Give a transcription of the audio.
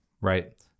right